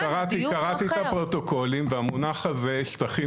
אני קראתי את הפרוטוקולים והמונח הזה "שטחים